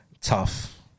Tough